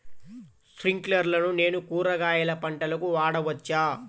స్ప్రింక్లర్లను నేను కూరగాయల పంటలకు వాడవచ్చా?